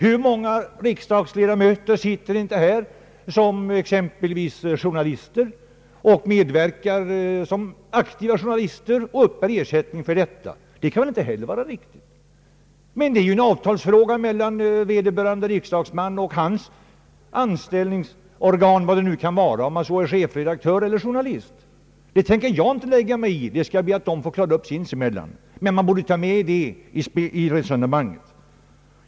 Hur många riksdagsledamöter sitter inte här som exempelvis är journalister och verkar som aktiva journalister och uppbär ersättning för detta. Det kan inte heller vara riktigt, men det är en avtalsfråga mellan vederbörande riksdagsman och hans anställningsorgan, vilket det nu kan vara. Om han är chefredaktör eller journalist, det lägger jag mig inte i. Det får de själva klara upp med sin arbetsgivarpart, men man borde ta med även sådana förhållanden i resonemanget.